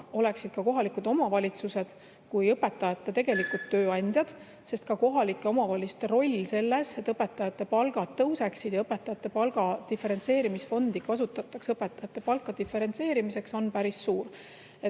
oleksid ka kohalikud omavalitsused kui õpetajate tegelikud tööandjad, sest kohalike omavalitsuste roll selles, et õpetajate palgad tõuseksid ja õpetajate palga diferentseerimise fondi kasutataks õpetajate palkade diferentseerimiseks, on päris suur.